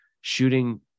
shooting